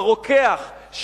הרוקח,